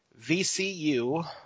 VCU